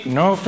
no